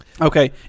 Okay